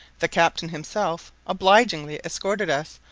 the captain himself obligingly escorted us,